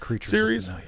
series